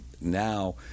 now